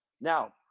Now